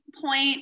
point